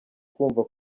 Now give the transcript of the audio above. kumva